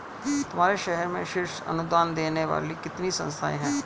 तुम्हारे शहर में शीर्ष अनुदान देने वाली कितनी संस्थाएं हैं?